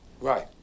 Right